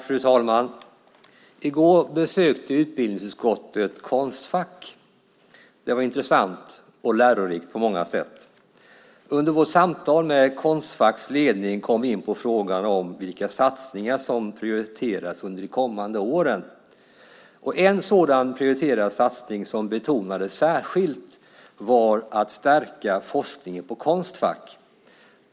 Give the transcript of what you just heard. Fru talman! I går besökte utbildningsutskottet Konstfack. Det var intressant och lärorikt på många sätt. Under vårt samtal med Konstfacks ledning kom vi in på frågan om vilka satsningar som prioriteras under de kommande åren. En sådan prioriterad satsning som betonades särskilt var att stärka forskningen på Konstfack.